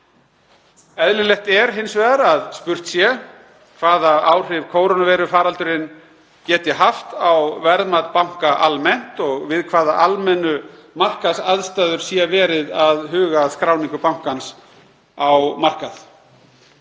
Eðlilegt er hins vegar að spurt sé hvaða áhrif kórónuveirufaraldurinn geti haft á verðmat banka almennt og við hvaða almennu markaðsaðstæður sé verið að huga að skráningu bankans á markað.